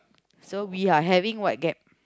so we are having what gap